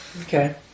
Okay